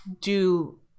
do-